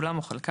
כולם או חלקם,